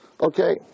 Okay